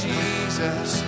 Jesus